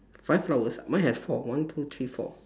five flowers mine have four one two three four